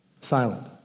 silent